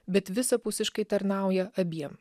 bet visapusiškai tarnauja abiem